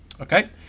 Okay